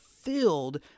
filled